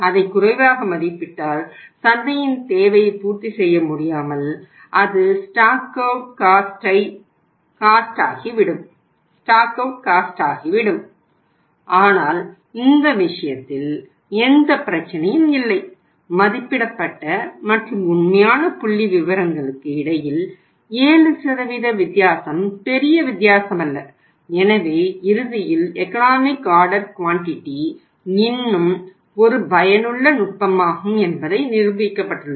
அதை குறைவாக மதிப்பிட்டால் சந்தையின் தேவையை பூர்த்திசெய்ய முடியாமல் அது ஸ்டாக்அவுட் காஸ்டை இன்னும் ஒரு பயனுள்ள நுட்பமாகும் என்பது நிரூபிக்கப்பட்டுள்ளது